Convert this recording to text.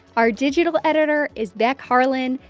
our digital editor is beck harlan,